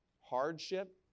hardship